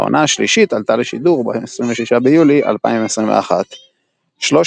העונה השלישית עלתה לשידור ב-26 ביולי 2021. שלוש